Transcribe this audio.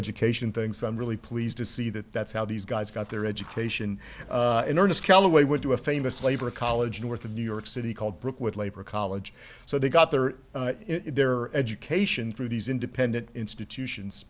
education things i'm really pleased to see that that's how these guys got their education in earnest callaway would do a famous labor college north of new york city called brookwood labor college so they got there in their education through these independent institutions